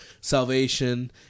salvation